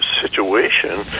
situation